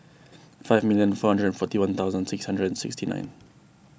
five million four hundred and forty one thousand six hundred and sixty nine